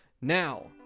Now